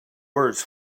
words